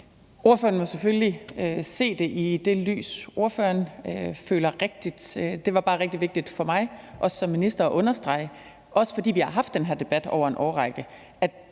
Ordføreren må selvfølgelig se det i det lys, ordføreren føler er rigtigt. Det var bare rigtig vigtigt for mig som minister at understrege, også fordi vi har haft den her debat over en årrække,